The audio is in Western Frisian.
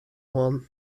oan